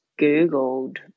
Googled